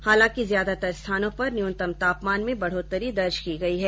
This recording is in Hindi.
हालांकि ज्यादातर स्थानों पर न्यूनतम तापमान में बढ़ोत्तरी दर्ज की गई है